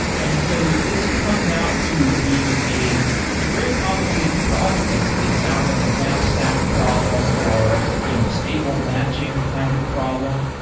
and so this comes out to being a a very complicated problem. it sounds like a knapsack problem or you know a stable matching kind of problem.